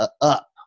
up